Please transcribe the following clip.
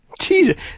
Jesus